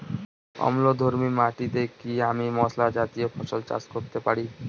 অম্লধর্মী মাটিতে কি আমি মশলা জাতীয় ফসল চাষ করতে পারি?